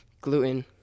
gluten